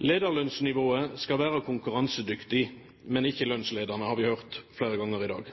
Lederlønnsnivået skal være konkurransedyktig, men ikke lønnsledende, har vi hørt flere ganger i dag.